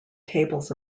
tables